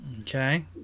Okay